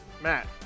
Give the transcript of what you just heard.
Matt